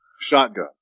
shotgun